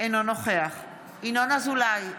אינו נוכח ינון אזולאי,